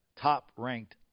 top-ranked